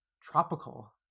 tropical